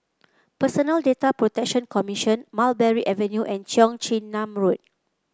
Personal Data Protection Commission Mulberry Avenue and Cheong Chin Nam Road